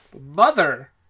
Mother